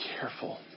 careful